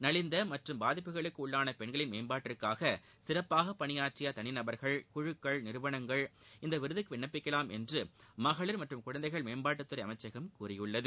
நலிந்த மற்றும் பாதிப்புகளுக்கு உள்ளாள பெண்களின் மேம்பாட்டுக்காக சிறப்பாக பணியாற்றிய தனி நபர்கள் குழுக்கள் நிறுவளங்கள் இந்த விருதுக்கு விண்ணப்பிக்கலாம் என்று மகளிர் மற்றும் குழந்தைகள் மேம்பாட்டுத்துறை அமைச்சகம் கூறியுள்ளது